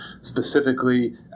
specifically